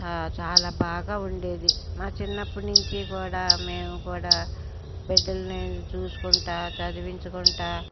చాలా బాగా ఉండేది మా చిన్నప్పటి నుంచి కూడా మేము కూడా బిడ్డల్ని చూసుకుంటూ చదివించుకుంటూ